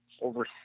over